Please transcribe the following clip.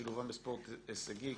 שילובם בספורט הישגי,